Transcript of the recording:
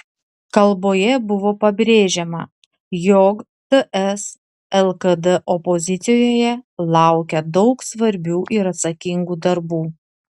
kalboje buvo pabrėžiama jog ts lkd opozicijoje laukia daug svarbių ir atsakingų darbų